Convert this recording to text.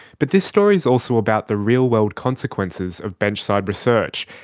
but this story is also about the real-world consequences of bench-side research,